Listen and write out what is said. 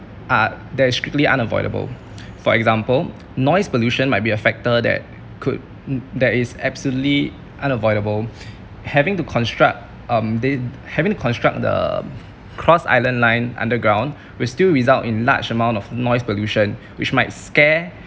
uh that's strictly unavoidable for example noise pollution might be a factor that could uh that is absolutely unavoidable having to construct um th~ having to construct the cross island line underground will still result in large amount of noise pollution which might scare